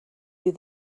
you